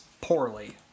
poorly